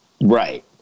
right